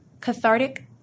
cathartic